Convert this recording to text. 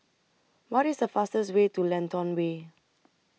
What IS The fastest Way to Lentor Way